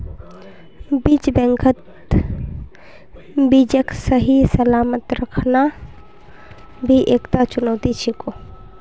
बीज बैंकत बीजक सही सलामत रखना भी एकता चुनौती छिको